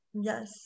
Yes